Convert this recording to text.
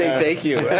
thank you